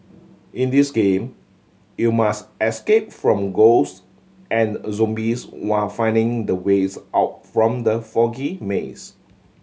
in this game you must escape from ghost and zombies while finding the ways out from the foggy maze